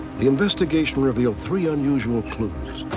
the investigation revealed three unusual clues.